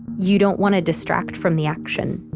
you don't want to distract from the action.